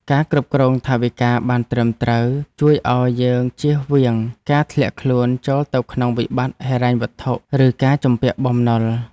ការគ្រប់គ្រងថវិកាបានត្រឹមត្រូវ ជួយឱ្យយើងជៀសវាងការធ្លាក់ខ្លួនចូលទៅក្នុងវិបត្តិហិរញ្ញវត្ថុ ឬការជំពាក់បំណុល។